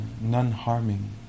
non-harming